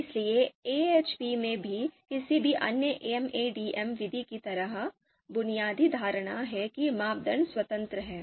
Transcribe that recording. इसलिए AHP में भी किसी भी अन्य MADM विधि की तरह बुनियादी धारणा है कि मापदंड स्वतंत्र हैं